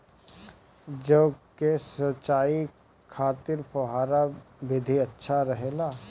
जौ के सिंचाई खातिर फव्वारा विधि अच्छा रहेला?